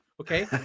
Okay